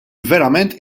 verament